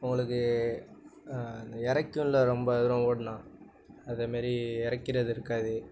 உங்களுக்கு அந்த இறைக்குல்ல ரொம்ப தூரம் ஓடுனா அதேமாரி இறைக்கிறது இருக்காது